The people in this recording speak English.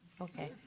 Okay